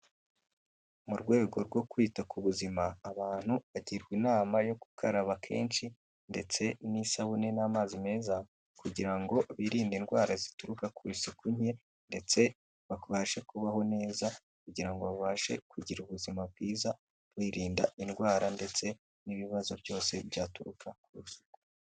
Mu rwego rwo kwita ku buzima, abantu bagirwa inama yo gukaraba kenshi ndetse n'isabune n'amazi meza kugira ngo birinde indwara zituruka ku isuku nke ndetse babashe kubaho neza kugira ngo babashe kugira ubuzima bwiza, biririnda indwara ndetse n'ibibazo byose byaturuka ku isuku nke.